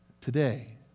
today